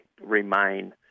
remain